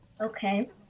Okay